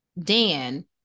dan